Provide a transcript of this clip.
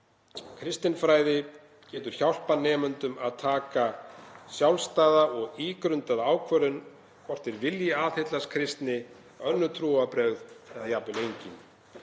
Kristinfræði getur hjálpað nemendum að taka sjálfstæða og ígrundaða ákvörðun um hvort þeir vilji aðhyllast kristni, önnur trúarbrögð eða jafnvel engin.